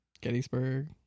Gettysburg